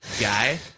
guy